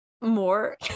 more